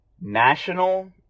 national